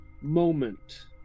moment